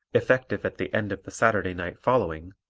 effective at the end of the saturday night following,